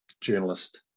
journalist